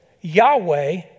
Yahweh